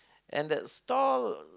and that store